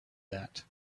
that